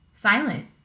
Silent